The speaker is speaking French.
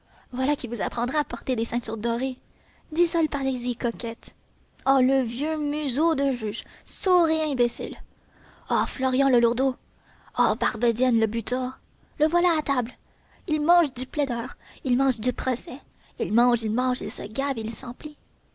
voilà qui vous apprendra à porter des ceintures dorées dix sols parisis coquettes oh le vieux museau de juge sourd et imbécile oh florian le lourdaud oh barbedienne le butor le voilà à table il mange du plaideur il mange du procès il mange il mâche il se gave il s'emplit